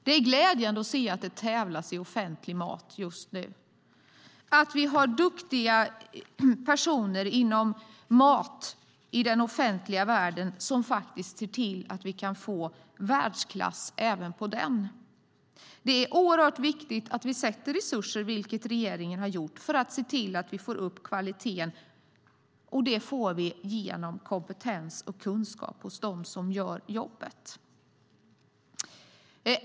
Det är glädjande att se att det just nu tävlas i offentlig mat. Vi har duktiga personer inom mat i den offentliga världen som ser till att vi kan få världsklass även på den. Det är oerhört viktigt att vi avsätter resurser, vilket regeringen har gjort, för att se till att vi får upp kvaliteten. Det får vi genom kompetens och kunskap hos dem som gör jobbet.